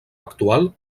actual